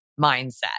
mindset